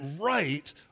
right